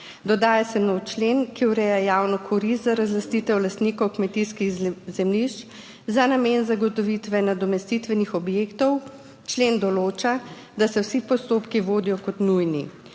Dodaja se nov člen, ki ureja javno korist za razlastitev lastnikov kmetijskih zemljišč za namen zagotovitve nadomestitvenih objektov. Člen določa, da se vsi postopki vodijo kot nujni.